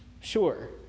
sure